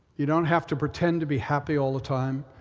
you don't have to pretend to be happy all the time.